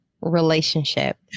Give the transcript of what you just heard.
relationship